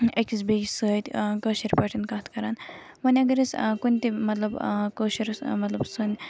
أکِس بیٚیِس سۭتۍ ٲں کاشِر پٲٹھۍ کَتھ کَران وۄنۍ اَگر أسۍ کُنہِ تہِ مطلب ٲں کٲشُر مطلب سُند